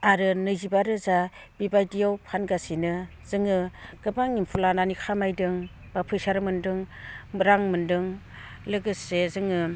आरो नैजिबा रोजा बेबायदियाव फानगासिनो जोङो गोबां एम्फौ लानानै खामायदों बा फैसा मोन्दों रां मोन्दों लोगोसे जोङो